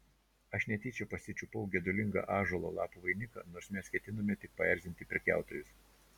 aš netyčia pasičiupau gedulingą ąžuolo lapų vainiką nors mes ketinome tik paerzinti prekiautojus